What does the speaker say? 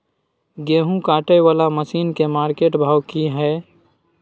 गेहूं काटय वाला मसीन के मार्केट भाव की हय?